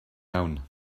iawn